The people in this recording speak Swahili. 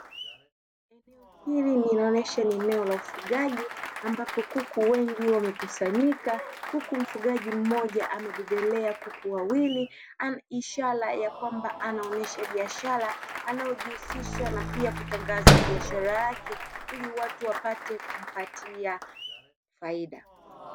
Eneo hili linaonesha ni eneo la ufugaji ambapo kuku wengi wamekusanyika huku mfugaji mmoja amebebelea kuku wawili ishara ya kwamba anaonyesha biashara anayojihusisha na pia kutangaza biashara yake ili watu wapate kumpatia faida.